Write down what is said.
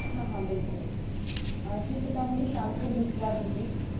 हाँ हाँ बिल्कुल हाँ ठीक है तो आप मुझे शाम को भिजवा दीजिए